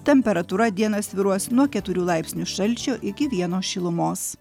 temperatūra dieną svyruos nuo keturių laipsnių šalčio iki vieno šilumos